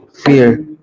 fear